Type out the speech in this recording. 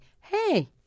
hey